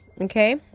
Okay